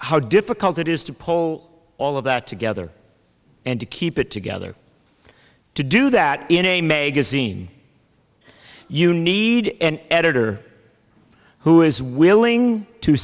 how difficult it is to pull all of that together and to keep it together to do that in a magazine you need an editor who is willing to